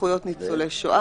זכויות ניצולי שואה,